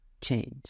change